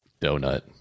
Donut